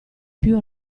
più